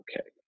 okay